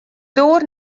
doar